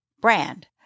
brand